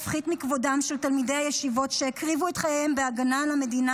הפחית מכבודם של תלמידי הישיבות שהקריבו את חייהם בהגנה על המדינה.